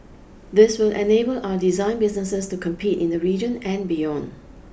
this will enable our design businesses to compete in the region and beyond